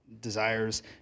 desires